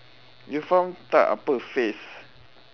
you faham tak apa phase